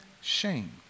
shame